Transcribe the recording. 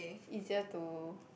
easier to